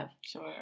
Sure